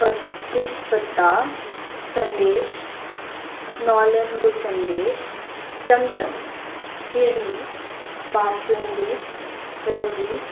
पत्तीसपत्ता sandesh nolen gur sandesh chamcham phirni basundi rabri